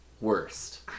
worst